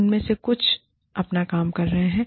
उनमें से कुछ अपना काम कर रहे हैं